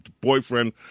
boyfriend